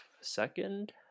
second